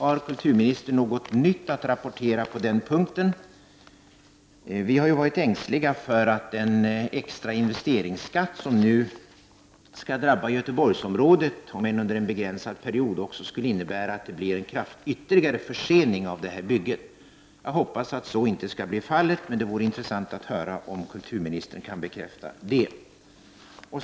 Har kulturministern något nytt att rapportera på den punkten? Vi har varit ängsliga för att den extra investeringsskatt som nu skall drabba Göteborgsområdet, om än under en begränsad period, också skulle innebära att det blir en ytterligare försening av detta bygge. Jag hoppasaatt så inte skall bli fallet, men det vore intressant att få höra om kulturministern kan bekräfta det.